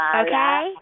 okay